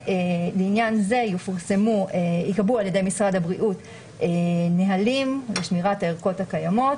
לעניין זה ייקבעו על ידי משרד הבריאות נהלים לשמירת הערכות הקיימות,